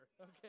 okay